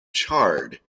charred